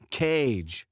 cage